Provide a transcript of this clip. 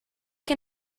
que